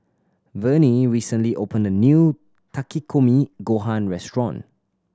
Vernie recently opened a new Takikomi Gohan Restaurant